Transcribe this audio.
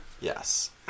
Yes